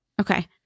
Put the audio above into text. okay